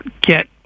get